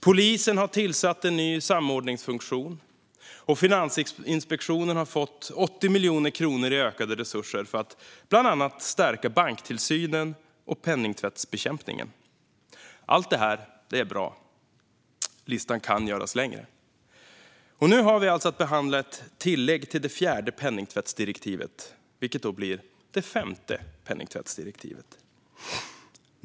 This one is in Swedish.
Polisen har tillsatt en ny samordningsfunktion, och Finansinspektionen har fått 80 miljoner kronor i ökade resurser för att bland annat stärka banktillsynen och penningtvättsbekämpningen. Allt det här är bra. Listan kan göras längre. Och nu har vi alltså att behandla ett tillägg till det fjärde penningtvättsdirektivet, vilket då blir det femte penningtvättsdirektivet.